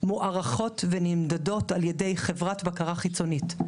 מוערכות ונמדדות על-ידי חברת בקרה חיצונית,